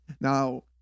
Now